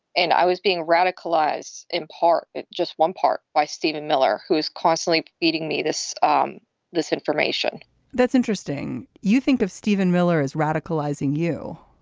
and i was being radicalized in part just one part by stephen miller, who is constantly beating me this um this information that's interesting. you think of stephen miller is radicalizing you?